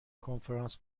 کنفرانس